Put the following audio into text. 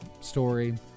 story